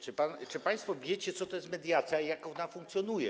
Czy państwo wiecie, co to jest mediacja i jak ona funkcjonuje?